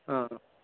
हा